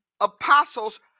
apostles